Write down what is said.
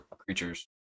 creatures